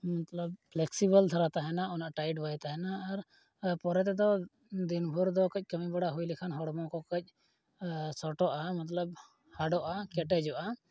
ᱢᱚᱛᱞᱚᱵ ᱯᱷᱞᱮᱠᱥᱤᱵᱚᱞ ᱫᱷᱟᱨᱟ ᱛᱟᱦᱮᱱᱟ ᱚᱱᱟ ᱴᱟᱭᱤᱴ ᱵᱟᱭ ᱛᱟᱦᱮᱱᱟ ᱟᱨ ᱯᱚᱨᱮ ᱛᱮᱫᱚ ᱫᱤᱱᱵᱷᱳᱨ ᱫᱚ ᱠᱟᱹᱡ ᱠᱟᱹᱢᱤ ᱵᱟᱲᱟ ᱦᱩᱭ ᱞᱮᱠᱷᱟᱱ ᱦᱚᱲᱢᱚ ᱠᱚ ᱠᱟᱹᱡ ᱥᱚᱴᱚᱜᱼᱟ ᱢᱚᱛᱞᱚᱵ ᱦᱟᱰᱚᱜᱼᱟ ᱠᱮᱴᱮᱡᱚᱜᱼᱟ